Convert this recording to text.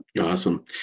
awesome